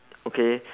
okay